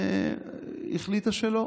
החליטה שלא.